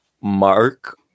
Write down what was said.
mark